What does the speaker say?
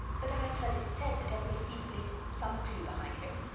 but i heard it said that every thief leaves some clue behind him.